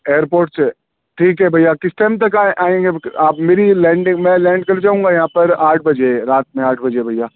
airport سے ٹھیک ہے بھیا کس ٹیم تک آئیں آئیں گے آپ میری لینڈنگ میں لینڈ کر جاؤں گا یہاں پر آٹھ بجے رات میں آٹھ بجے بھیا